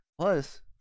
plus